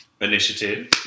initiative